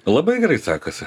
labai gerai sekasi